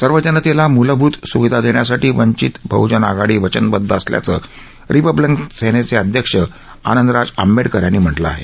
सर्व जनतेला मूलभूत सुविधा देण्यासाठी वंचित बहजन आघाडी वचनबदध असल्याचं रिपल्बिकन सेनेचे अध्यक्ष आनंदराज आंबेडकर यांनी म्हटलं आहे